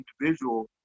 individual